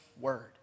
word